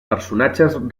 personatges